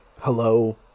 hello